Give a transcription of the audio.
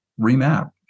remap